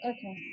Okay